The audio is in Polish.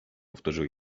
powtórzył